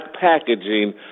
packaging